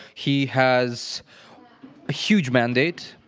he has a huge mandate.